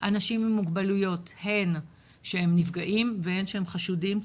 אנשים עם מוגבלויות הן שהם נפגעים והן שהם חשודים,